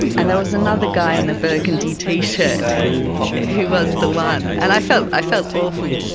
and there was another guy in a burgundy t-shirt who was the one and i felt i felt awful.